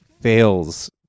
fails